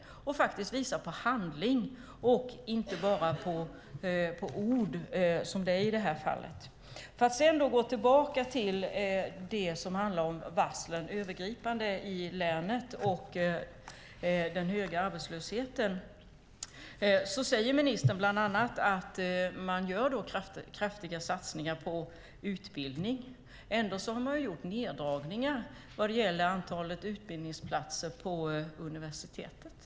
Man borde faktiskt visa på handling och inte bara på ord, som det är i det här fallet. Sedan ska jag gå tillbaka till det som handlar om varslen, övergripande i länet, och den höga arbetslösheten. Ministern säger bland annat att man gör kraftiga satsningar på utbildning. Ändå har man gjort neddragningar vad det gäller antalet utbildningsplatser på universitetet.